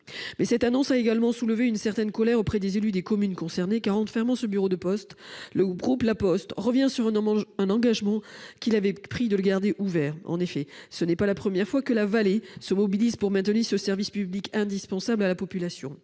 zone. Cette annonce a également soulevé une certaine colère auprès des élus des communes concernées. En fermant ce bureau, le groupe La Poste revient sur l'engagement qu'il avait pris de le garder ouvert. En effet, ce n'est pas la première fois que la vallée se mobilise pour maintenir un tel service public indispensable à la population.